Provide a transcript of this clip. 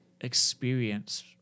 experience